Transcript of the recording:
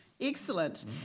Excellent